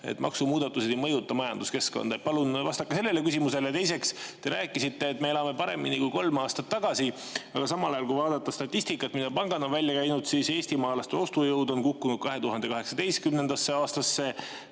et maksumuudatused ei mõjuta majanduskeskkonda? Palun vastake sellele küsimusele. Teiseks, te rääkisite, et me elame paremini kui kolm aastat tagasi, aga samal ajal, kui vaadata statistikat, mille pangad on välja käinud, on eestimaalaste ostujõud kukkunud 2018. aasta